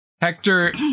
Hector